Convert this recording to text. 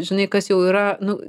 žinai kas jau yra nu